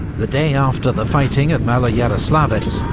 the day after the fighting at maloyaroslavets,